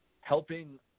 helping